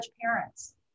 parents